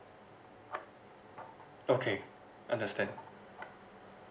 okay understand